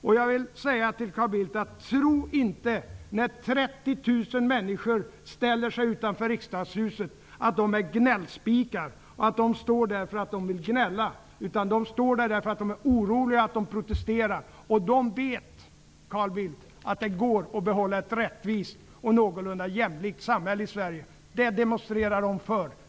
Tro inte, Carl Bildt, att de 30 000 människor som ställer sig utanför Riksdagshuset är gnällspikar och att de står där därför att de vill gnälla. De står där därför att de är oroliga och därför att de protesterar. De vet, Carl Bildt, att det går att behålla ett rättvist och någorlunda jämlikt samhälle i Sverige. Det demonstrerar de för.